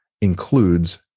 includes